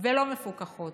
ולא מפוקחות.